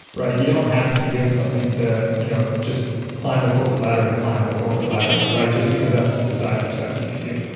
right? you don't have to be doing something to you know just climb the corporate ladder to climb the corporate ladder just because that's what society expects you to do.